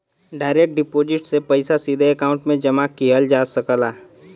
direct deposit से पइसा सीधे अकांउट में जमा किहल जा सकला